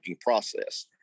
process